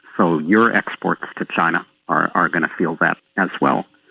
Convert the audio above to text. so your exports to china are are going to feel that as well.